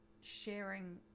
sharing